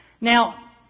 Now